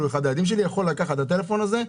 אחד הילדים שלי יכול לקחת את הטלפון הזה,